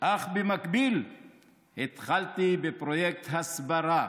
אך במקביל התחלתי בפרויקט הסברה